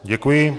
Děkuji.